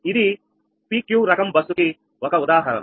ఇది PQ రకం bus కి ఒక ఉదాహరణ